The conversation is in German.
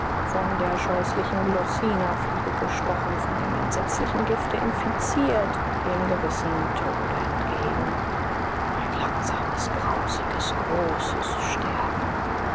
von der scheußlichen glossinafliege gestochen von dem entsetzlichen gifte infiziert dem gewissen tode entgegen ein langsames grausiges großes sterben